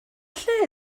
lle